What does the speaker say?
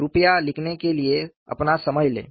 कृपया लिखने के लिए अपना समय लें